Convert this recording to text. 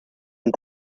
and